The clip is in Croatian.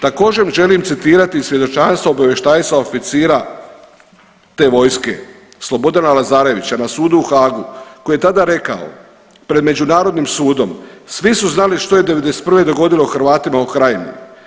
Također, želim citirati svjedočanstvo obavještajca oficira te vojske, Slobodana Lazarevića, na sudu u Haagu koji je tada rekao, pred međunarodnim sudom, svi su znali što je '91. dogodilo Hrvatima u Krajini.